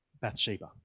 Bathsheba